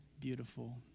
Beautiful